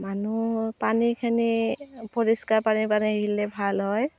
মানুহ পানীখিনি পৰিষ্কাৰ পানী আহিলে ভাল হয়